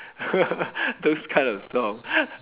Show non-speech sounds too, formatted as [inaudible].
[laughs] those kind of song [laughs]